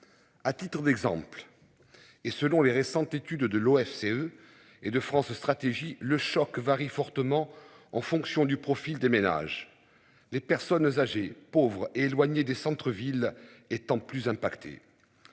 À titre d'exemple. Et selon les récente étude de l'OFCE et de France Stratégie le choc varie fortement en fonction du profil des ménages. Les personnes âgées pauvre éloignées des centre-ville étant plus impactées.